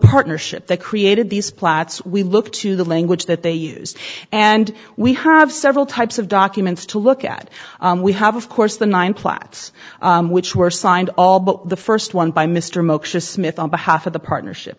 partnership that created these plots we look to the language that they use and we have several types of documents to look at we have of course the nine plats which were signed all but the first one by mr moshe smith on behalf of the partnership